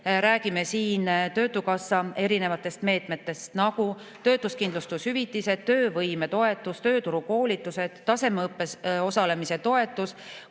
Räägime siin töötukassa meetmetest, nagu töötuskindlustushüvitised, töövõimetoetus, tööturukoolitused, tasemeõppes osalemise toetus,